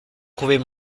prouver